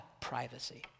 privacy